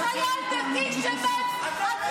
כל חייל דתי שמת, את יורקת עליו.